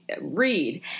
read